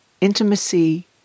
intimacy